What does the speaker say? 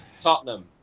Tottenham